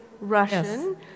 Russian